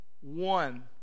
one